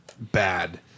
bad